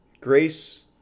grace